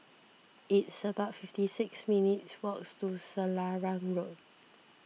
it's about fifty six minutes' walks to Selarang Road